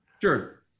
Sure